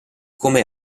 come